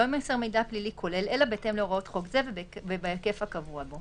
לא יימסר מידע פלילי כולל אלא בהתאם להוראות חוק זה ובהיקף הקבוע בו.